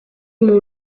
mon